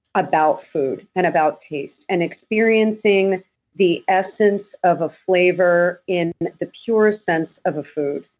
about food and about taste. and experiencing the essence of a flavor in the pure sense of a food.